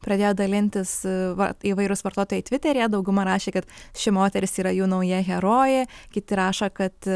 pradėjo dalintis vat įvairūs vartotojai tviteryje dauguma rašė kad ši moteris yra jų nauja herojė kiti rašo kad